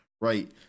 right